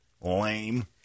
Lame